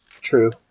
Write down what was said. true